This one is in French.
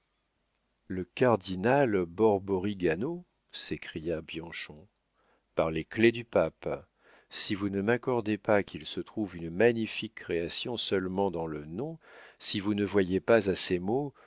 le cardinal borborigano s'écria bianchon par les clefs du pape si vous ne m'accordez pas qu'il se trouve une magnifique création seulement dans le nom si vous ne voyez pas à ces mots